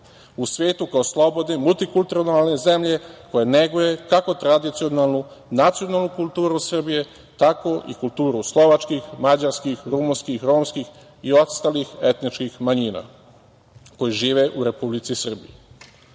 u svetu, kao slobodne i multikulturalne zemlje, koja neguje kako tradicionalnu, nacionalnu kulturu Srbije, tako i kulturu slovačkih, mađarskih, rumunskih, romskih i ostalih etničkih manjina koji žive u Republici